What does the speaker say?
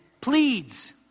pleads